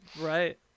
right